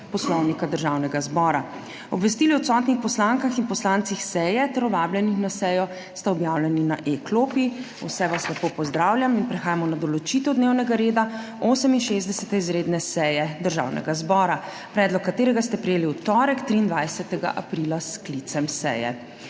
Poslovnika Državnega zbora. Obvestili o odsotnih poslankah in poslancih seje ter vabljenih na sejo sta objavljeni na e-klopi. Vse vas lepo pozdravljam! In prehajamo na **določitev dnevnega reda** 68. izredne seje Državnega zbora, predlog katerega ste prejeli v torek, 23. aprila, s sklicem seje.